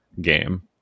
game